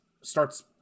starts